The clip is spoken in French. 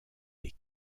des